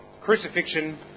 crucifixion